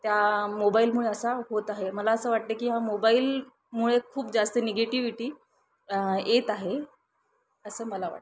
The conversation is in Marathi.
त्या मोबाईलमुळे असा होत आहे मला असं वाटतं की हा मोबाईलमुळे खूप जास्त निगेटीविटी येत आहे असं मला वाटतं